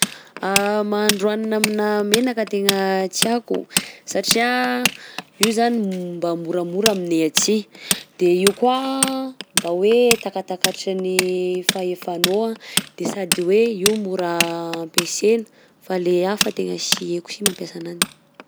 Mahandro hanina aminà menaka tegna tsy haiko satria io zany no mba moramora aminay aty, de io koa anh mba hoe takatakatry ny fahefanao anh de sady hoe io mora ampiasaina, fa lay hafa tegna sy haiko si mampiasa ananjy.